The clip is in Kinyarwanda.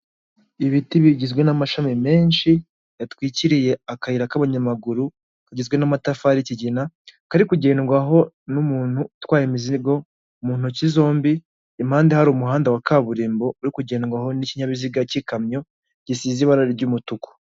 Ibiti bigizwe n'amashami menshi yatwikiriye akayira k'abanyamaguru kagizwe n'amatafari y'kigina, kari kugendwaho n'umuntu utwaye imizigo mu ntoki zombi. Impande hari umuhanda wa kaburimbo uri kugendwaho n'ikinyabiziga cy'ikamyo gisize ibara ry'umutuku.